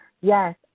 Yes